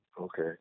Okay